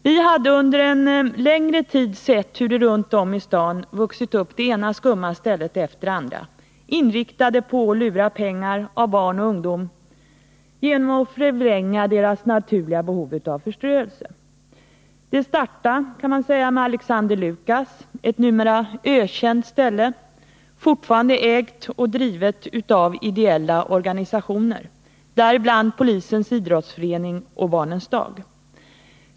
Vi hade under en längre tid sett hur det runt om i staden vuxit upp det ena skumma stället efter det andra, alla inriktade på att lura pengar av barn och ungdom genom att förvränga deras naturliga behov av förströelse. Det startade, kan man säga, med Alexander Lucas — ett numera ökänt ställe, fortfarande ägt och drivet av ideella organisationer, däribland Polisens idrottsförening och Barnens dag.